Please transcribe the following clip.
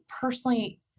personally